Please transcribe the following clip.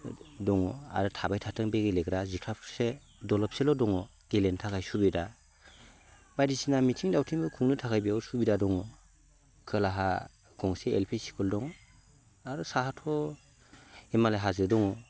दङ आरो थाबाय थाथों बे गेलेग्रा जिखाबसे दलबसेल' दङ गेलेनो थाखाय सुबिदा बायदिसिना मिथिं दावथिंबो खुंनो थाखाय बेयावबो सुबिदा दङ खोलाहा गंसे एल पि स्कुल दङ आरो साहाथ' हिमालय हाजो दङ